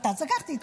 הזמן.